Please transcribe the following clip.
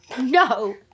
No